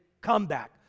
comeback